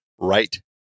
right